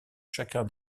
chacun